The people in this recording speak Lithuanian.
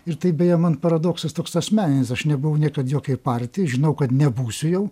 ir tai beje man paradoksas toks asmeninis aš nebuvau niekad jokioj partijoj žinau kad nebūsiu jau